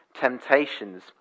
temptations